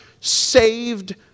saved